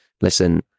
listen